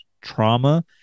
trauma